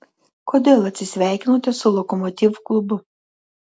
kodėl atsisveikinote su lokomotiv klubu